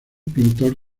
pintor